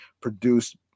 produced